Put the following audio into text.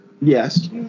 Yes